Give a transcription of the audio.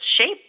shape